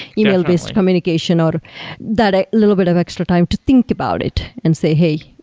email-based communication or that ah little bit of extra time to think about it and say, hey